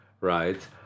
right